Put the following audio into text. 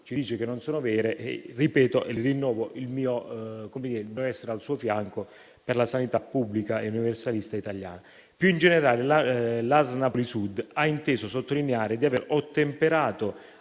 dice che non sono vere, rinnovo il mio intendimento di essere al suo fianco, per la sanità pubblica e universalistica italiana. Più in generale, l'ASL Napoli Sud ha inteso sottolineare di aver ottemperato